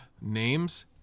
names